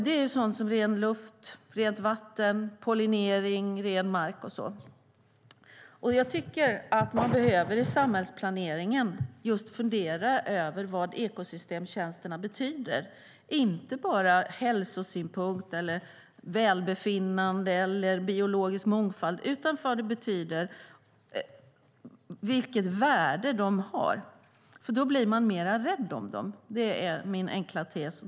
Det är fråga om ren luft, rent vatten, pollinering, ren mark och så vidare. I samhällsplaneringen behöver man fundera över vad ekosystemtjänsterna betyder inte bara ur hälsosynpunkt, för välbefinnande eller biologisk mångfald utan också vilket värde de har. Då blir man mer rädd om dem. Det är min enkla tes.